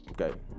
Okay